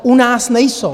U nás nejsou.